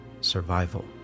survival